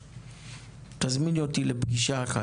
תזמיני אותי לפגישה אחת,